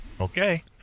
Okay